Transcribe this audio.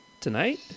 Tonight